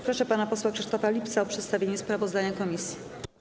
Proszę pana posła Krzysztofa Lipca o przedstawienie sprawozdania komisji.